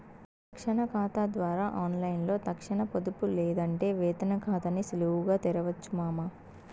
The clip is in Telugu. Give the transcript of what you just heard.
తక్షణ కాతా ద్వారా ఆన్లైన్లో తక్షణ పొదుపు లేదంటే వేతన కాతాని సులువుగా తెరవొచ్చు మామా